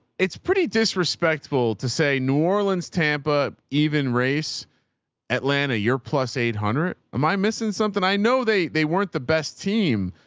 it's pretty disrespectful to say new orleans, tampa, even race atlanta you're plus eight hundred. am i missing something? i know they they weren't the best team,